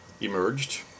emerged